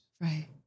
Right